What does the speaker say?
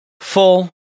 Full